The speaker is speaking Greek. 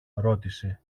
ρώτησε